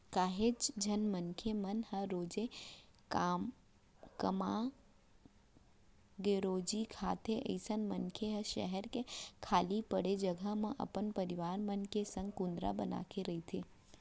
काहेच झन मनसे मन ह रोजे कमाथेरोजे खाथे अइसन मनसे ह सहर के खाली पड़े जघा म अपन परवार मन के संग कुंदरा बनाके रहिथे